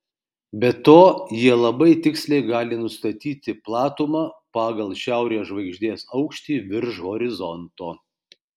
be to jie labai tiksliai gali nustatyti platumą pagal šiaurės žvaigždės aukštį virš horizonto